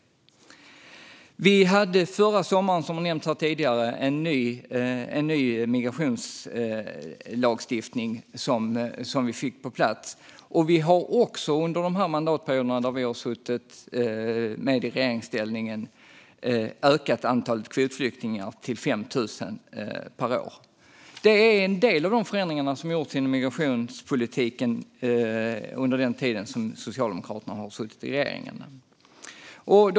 Som har nämnts tidigare kom förra sommaren en ny migrationslagstiftning på plats. Under den här mandatperioden där vi har suttit i regeringsställning har antalet kvotflyktingar ökat till 5 000 per år. Det är en del av de förändringar som har gjorts inom migrationspolitiken under den tid som Socialdemokraterna har suttit i regeringen.